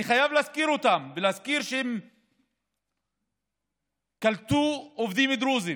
אני חייב להזכיר אותן ולהזכיר שהן קלטו עובדים דרוזים,